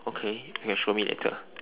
okay you can show me later